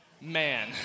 man